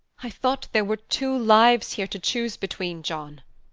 i thought there were two lives here to choose between, john.